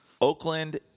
Oakland